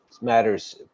matters